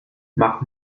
mach